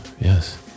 Yes